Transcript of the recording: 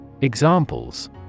Examples